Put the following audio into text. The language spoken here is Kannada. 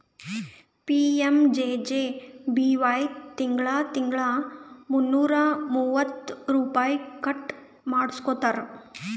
ಪಿ.ಎಮ್.ಜೆ.ಜೆ.ಬಿ.ವೈ ತಿಂಗಳಾ ತಿಂಗಳಾ ಮುನ್ನೂರಾ ಮೂವತ್ತ ರುಪೈ ಕಟ್ ಮಾಡ್ಕೋತಾರ್